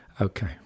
Okay